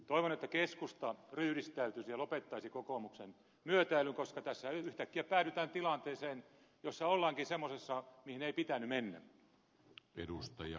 toivon että keskusta ryhdistäytyisi ja lopettaisi kokoomuksen myötäilyn koska tässä yhtäkkiä päädytään tilanteeseen jossa ollaankin semmoisessa mihin ei pitänyt mennä